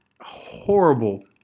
Horrible